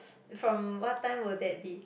from what time will that be